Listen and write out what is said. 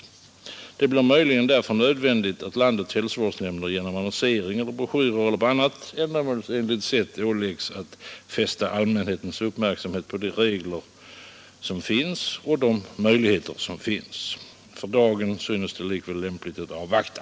Möjligen blir det därför nödvändigt att landets hälsovårdsnämnder genom annonsering, broschyrer eller på något annat ändamålsenligt sätt åläggs att fästa allmänhetens uppmärksamhet på de regler som gäller och de möjligheter som finns. För dagen synes det likväl lämpligt att avvakta.